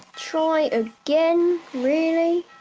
try again? really?